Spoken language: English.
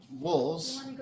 wolves